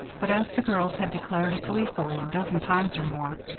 but, as the girls had declared gleefully a dozen times or more,